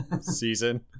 season